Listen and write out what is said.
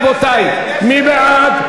רבותי, מי בעד?